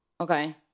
Okay